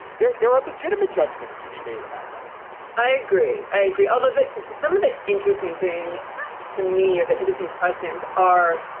there there are legitimate judgments to be made about that i agree. i agree. other than some of the interesting things to me or the interesting questions are